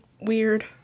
weird